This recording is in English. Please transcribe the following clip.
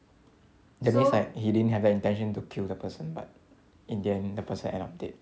that means like he didn't have an intention to kill the person but in the end the person end up dead